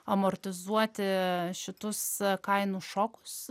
amortizuoti šitus kainų šokus